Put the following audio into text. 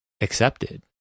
accepted